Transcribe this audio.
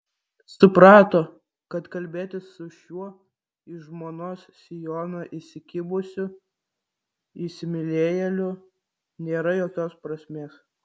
suprato kad kalbėtis su šiuo į žmonos sijoną įsikibusiu įsimylėjėliu nėra jokios prasmės